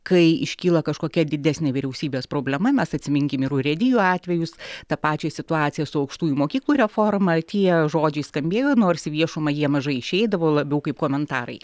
kai iškyla kažkokia didesnė vyriausybės problema mes atsiminkime ir urėdijų atvejus tą pačią situaciją su aukštųjų mokyklų reforma tie žodžiai skambėjo nors į viešumą jie mažai išeidavo labiau kaip komentarai